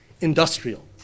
industrial